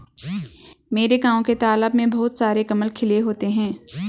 मेरे गांव के तालाब में बहुत सारे कमल खिले होते हैं